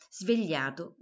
svegliato